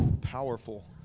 powerful